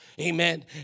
Amen